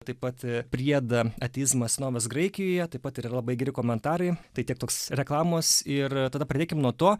taip pat a priedą ateizmas senovės graikijoje taip pat ir yra labai geri komentarai tai tiek toks reklamos ir a tada pradėkim nuo to